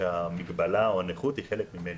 המגבלה או הנכות היא חלק ממנו.